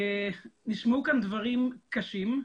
נשמעו כאן דברים קשים,